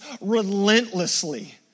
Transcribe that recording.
relentlessly